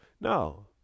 No